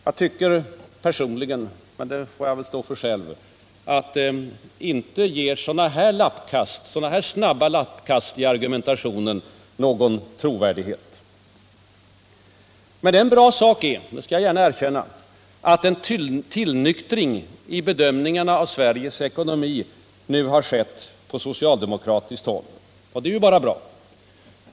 Jag tycker personligen — men det får jag väl stå för själv — att inte ger sådana här snabba lappkast i argumentationen någon trovärdighet. En bra sak är — det skall jag gärna erkänna — att en tillnyktring i bedömningarna av Sveriges ekonomi nu har skett på socialdemokratiskt håll.